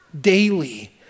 daily